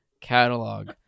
catalog